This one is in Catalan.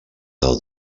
del